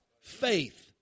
Faith